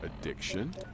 addiction